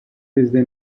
desde